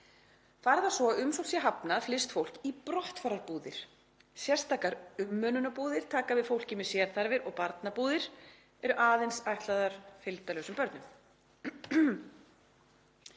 það svo að umsókn sé hafnað flyst fólk í brottfararbúðir. Sérstakrar umönnunarbúðir taka við fólki með sérþarfir og barnabúðir eru aðeins ætlaðar fylgdarlausum börnum.